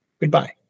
Goodbye